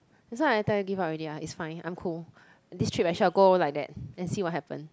that's why I tell you give up already ah it's fine I'm cool this trip I shall go like that and see what happens